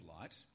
light